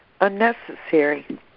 unnecessary